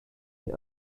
die